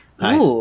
nice